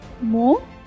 More